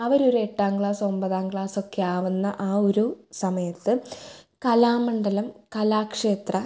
അവരൊരു എട്ടാം ക്ലാസ് ഒമ്പതാം ക്ലാസൊക്കെ ആകുന്ന ആ ഒരു സമയത്ത് കലാമണ്ഡലം കലാക്ഷേത്ര